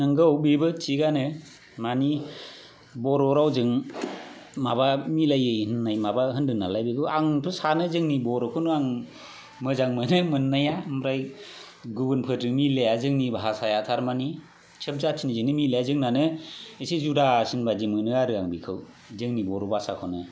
नंगौ बेबो थिगानो मानि बर' रावजों माबा मिलायि होननाय माबा होनदोंनालाय बेखौ आंथ' सानो जोंनि बर'खौनो आं मोजां मोनो मोननाया ओमफ्राय गुबुनफोरजों मिलाया जोंनि भाषाया थारमानि सब जातिनिजोंनो मिलाया जोंनानो इसे जुदासिनबादि मोनो आरो बेखौ जोंनि बर' भाषाखौनो